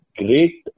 great